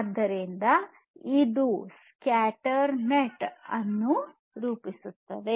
ಆದ್ದರಿಂದ ಇದು scatter net ಅನ್ನು ರೂಪಿಸುತ್ತದೆ